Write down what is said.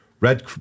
red